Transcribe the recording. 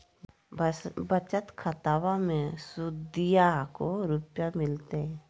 बचत खाताबा मे सुदीया को रूपया मिलते?